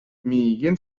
миигин